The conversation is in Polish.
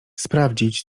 sprawdzić